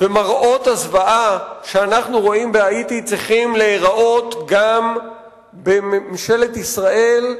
מראות הזוועה שאנחנו רואים בהאיטי צריכים להיראות גם בממשלת ישראל,